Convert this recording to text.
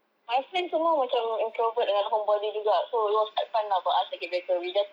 my friends semua macam introvert dengan homebody juga so it was quite fun lah for us circuit breaker we just